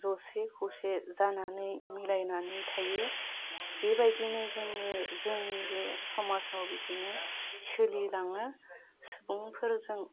ज'से खौसे जानानै मिलायनानै थायो बेबायदिनो जोङो जोंनि बे समाजाव बिदिनो सोलिलांनो सुबुंफोरजों